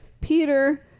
Peter